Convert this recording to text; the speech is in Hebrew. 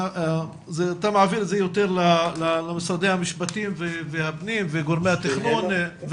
אתה מעביר את זה יותר למשרדי המשפטים והפנים וגורמי התכנון,